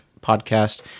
podcast